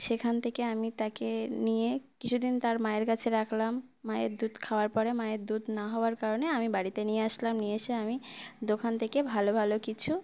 সেখান থেকে আমি তাকে নিয়ে কিছু দিন তার মায়ের কাাছে রাখলাম মায়ের দুধ খাওয়ার পরে মায়ের দুধ না হওয়ার কারণে আমি বাড়িতে নিয়ে আসলাম নিয়ে এসে আমি দোকান থেকে ভালো ভালো কিছু